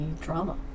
drama